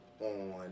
on